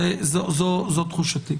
זו תחושתי.